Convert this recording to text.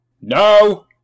No